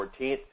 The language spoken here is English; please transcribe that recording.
14th